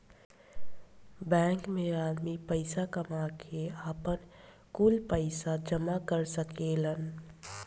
bank मे आदमी पईसा कामा के, आपन, कुल पईसा जामा कर सकेलन